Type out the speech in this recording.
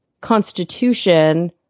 Constitution—